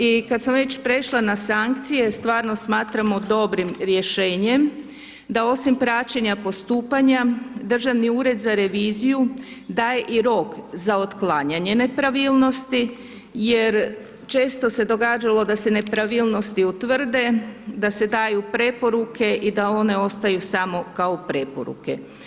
I kada sam već prešla na sankcije, stvarno smatramo dobrim rješenjem da osim praćenja postupanja Državni ured za reviziju daje i rok za otklanjanje nepravilnosti jer često se događalo da se nepravilnosti utvrde, da se daju preporuke i da one ostaju samo kao preporuke.